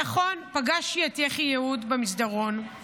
נכון, פגשתי את יחי יהוד במסדרון.